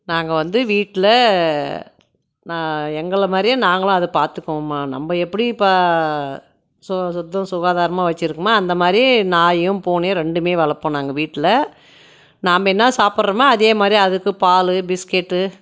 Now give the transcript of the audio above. நாங்கள் வந்து வீட்டில் நான் எங்களை மாதிரியே நாங்களும் அதை பார்த்துக்குவோம்மா நம்ம எப்படி இப்போ சுத்தம் சுகாதாரமாக வச்சிருக்கோமோ அந்தமாதிரி நாயும் பூனையும் ரெண்டுமே வளர்ப்போம் நாங்கள் வீட்டில் நாம்ம என்ன சாப்புடறோமோ அதேமாதிரி அதுக்கும் பால் பிஸ்கெட்டு